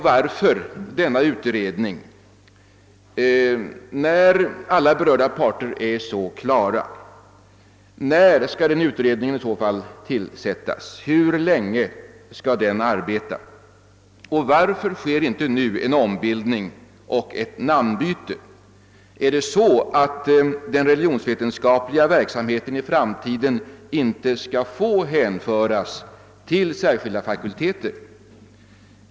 Varför denna utredning när alla berörda parters inställning är så klar? När skall den utredningen i så fall tillsättas? Hur länge skall den arbeta? Varför sker inte nu en ombildning och ett namnbyte? Skall den religionsvetenskapliga verksamheten i framtiden inte få hänföras till särskilda fakulteter?